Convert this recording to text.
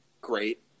great